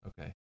Okay